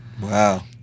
Wow